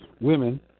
women